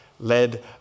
led